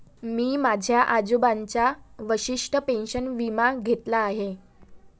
मी माझ्या आजोबांचा वशिष्ठ पेन्शन विमा घेतला आहे